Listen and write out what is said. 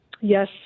Yes